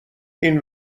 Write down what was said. این